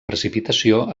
precipitació